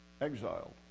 exiled